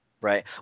right